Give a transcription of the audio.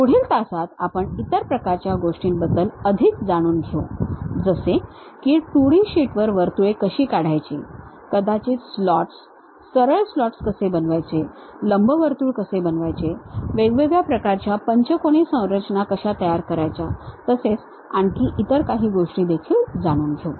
तर पुढील तासात आपण इतर प्रकारच्या गोष्टींबद्दल अधिक जाणून घेऊ जसे की 2D शीटवर वर्तुळे कशी काढायची कदाचित स्लॉट्स सरळ स्लॉट कसे बनवायचे लंबवर्तुळ कसे बनवायचे वेगवेगळ्या प्रकारच्या पंचकोनी संरचना कशा तयार करायच्या तसेच आणखी इतर काही गोष्टी देखील जाणून घेऊ